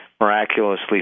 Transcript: miraculously